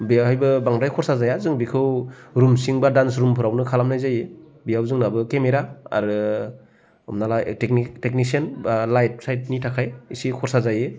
बेवहायबो बांद्राय खरसा जाया जों बेखौ रुम सिं बा दानस रुमफोरावनो खालामनाय जायो बेयाव जोंनाबो केमेरा आरो हमना ला थेकनिसियान बा लाइट साइटनि थाखाय इसे खरसा जायो